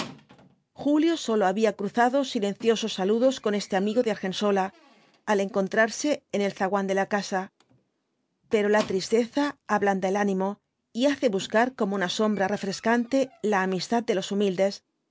julio sólo había cruzado silenciosos saludos con este amigo de argensola al encontrarle en el zaguán de la casa pero la tristeza ablanda el ánimo y hace buscar como una sombra refrescante la amistad de los humildes